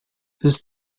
his